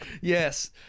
Yes